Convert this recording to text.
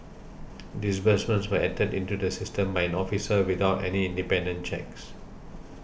disbursements were entered into the system by an officer without any independent checks